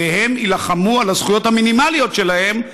והם יילחמו על הזכויות המינימליות שלהם,